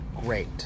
Great